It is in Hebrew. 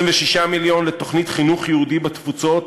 26 מיליון לתוכנית חינוך יהודי בתפוצות